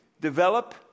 Develop